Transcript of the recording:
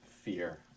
fear